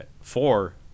Four